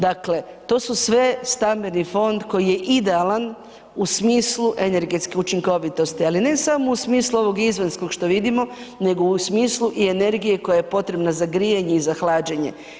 Dakle, to su sve stambeni fond koji je idealan u smislu energetske učinkovitosti, ali ne samo u smislu ovog izvanjskog što vidimo, nego u smislu i energije koja je potrebna za grijanje i za hlađenje.